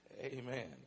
Amen